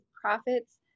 profits